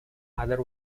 other